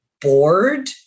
bored